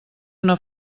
una